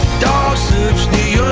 dogs search the